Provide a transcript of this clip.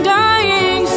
dying